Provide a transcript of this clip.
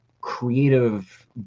creative